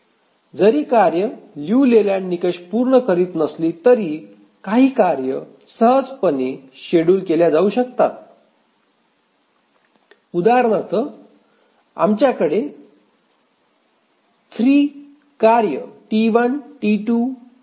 जरी कार्य Liu Layland निकष पूर्ण करीत नसली तरी काही कार्ये सहजपणे शेड्युल केल्या जाऊ शकतात उदाहरणार्थ आमच्याकडे 3 कार्ये T1 T2 आणि T3 आहेत